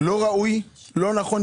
לא ראוי, לא נכון.